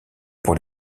pour